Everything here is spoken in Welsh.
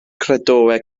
credoau